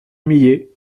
millet